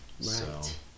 Right